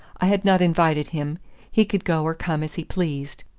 i had not invited him he could go or come as he pleased.